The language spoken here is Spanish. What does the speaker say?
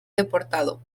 deportado